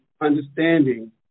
understanding